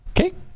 Okay